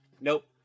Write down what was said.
nope